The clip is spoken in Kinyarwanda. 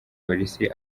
polisi